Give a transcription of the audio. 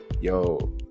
yo